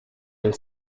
del